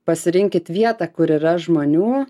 pasirinkit vietą kur yra žmonių